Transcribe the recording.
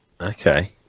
okay